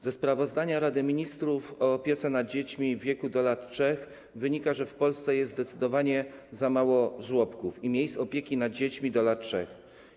Ze sprawozdania Rady Ministrów dotyczącego opieki nad dziećmi w wieku do lat 3 wynika, że w Polsce jest zdecydowanie za mało żłobków i miejsc opieki nad dziećmi do lat 3.